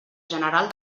general